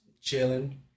chilling